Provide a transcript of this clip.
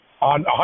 on